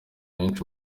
henshi